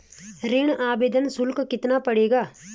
ऋण आवेदन शुल्क कितना पड़ेगा?